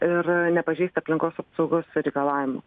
ir nepažeisti aplinkos apsaugos reikalavimų